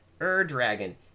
Ur-Dragon